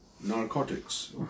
narcotics